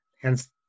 Hence